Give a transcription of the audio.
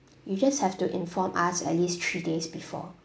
you just have to inform us at least three days before